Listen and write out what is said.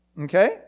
okay